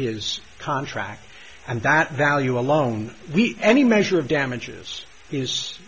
his contract and that value alone the any measure of damages is